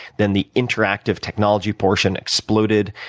then the interactive technology portion exploded.